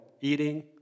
eating